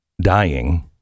dying